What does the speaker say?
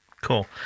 Cool